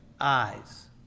eyes